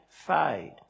fade